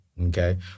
okay